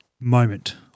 moment